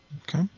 Okay